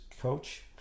coach